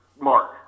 Mark